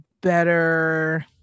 better